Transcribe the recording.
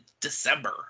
December